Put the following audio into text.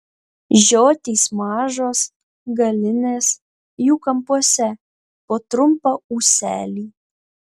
žiotys mažos galinės jų kampuose po trumpą ūselį